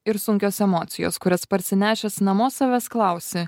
ir sunkios emocijos kurias parsinešęs namo savęs klausi